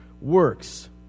works